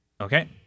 okay